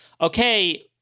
okay